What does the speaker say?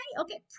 Okay